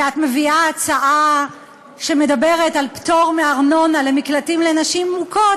ואת מביאה הצעה שמדברת על פטור מארנונה למקלטים לנשים מוכות,